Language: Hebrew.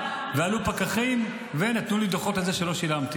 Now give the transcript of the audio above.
ועלו פקחים ונתנו לו דוח על זה שלא שילם.